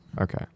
Okay